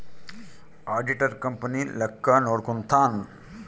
auditor company ಲೆಕ್ಕ ನೋಡ್ಕಂತಾನ್